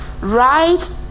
right